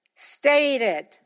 stated